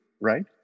Right